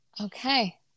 Okay